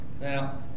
Now